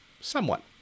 somewhat